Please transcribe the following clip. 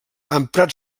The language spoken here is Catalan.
emprat